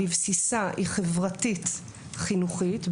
בבסיסה היא חברתית חינוכית,